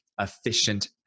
efficient